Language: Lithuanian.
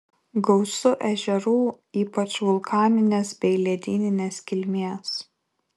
gausu ežerų ypač vulkaninės bei ledyninės kilmės